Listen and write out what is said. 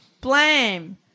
Blame